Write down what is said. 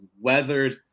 weathered